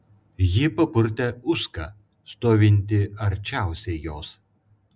ji papurtė uską stovintį arčiausiai jos